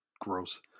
gross